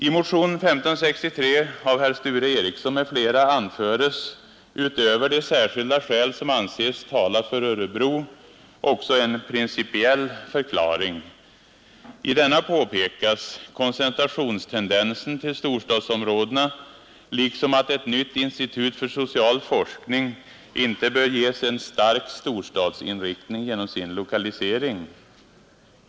I motion 1563 av herr Ericsson i Örebro m.fl. anföres, utöver de Nr 152 särskilda skäl som anses tala för Örebro, också en principiell förklaring. I Fredagen den denna påpekas tendensen till koncentration till storstadsområdena, 17 december 1971 liksom att ett nytt institut för social forskning inte bör ges en stark —L ——— storstadsinriktning genom sin lokalisering.